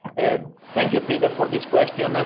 and thank you, peter for this question. and